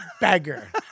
beggar